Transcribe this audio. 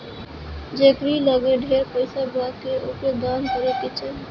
जेकरी लगे ढेर पईसा बाटे ओके दान करे के चाही